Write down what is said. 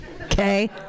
okay